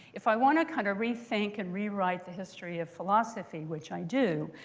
if i want to kind of rethink and rewrite the history of philosophy, which i do,